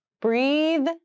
Breathe